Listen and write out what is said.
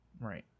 Right